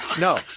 No